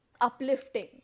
uplifting